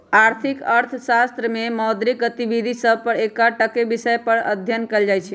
आर्थिक अर्थशास्त्र में मौद्रिक गतिविधि सभ पर एकटक्केँ विषय पर अध्ययन कएल जाइ छइ